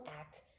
act